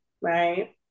right